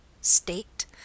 state